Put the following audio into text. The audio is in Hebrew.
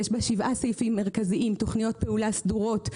יש בה שבעה סעיפים מרכזיים, תוכניות פעולה סדורות.